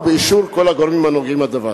ובאישור כל הגורמים הנוגעים בדבר.